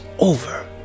over